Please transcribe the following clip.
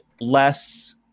less